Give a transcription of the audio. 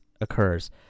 occurs